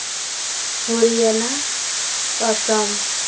Haryana Assam